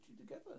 together